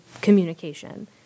communication